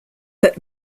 but